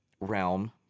realm